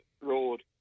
road